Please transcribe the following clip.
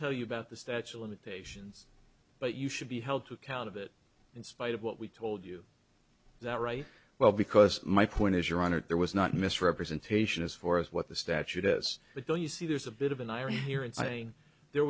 tell you about the statue limitations but you should be held to account of it in spite of what we told you that right well because my point is your honor there was not misrepresentation as far as what the statute is but don't you see there's a bit of an irony here in saying there